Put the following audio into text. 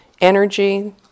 energy